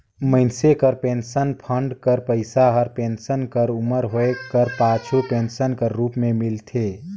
मइनसे कर pension fund कर पइसा हर पेंसन कर उमर होए कर पाछू पेंसन कर रूप में मिलथे